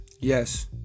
Yes